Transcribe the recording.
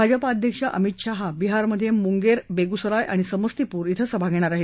भाजपाअध्यक्ष अमित शहा बिहारमधे मुंगेर बेगुसराय आणि समस्तीपूर इं सभा घेणार आहेत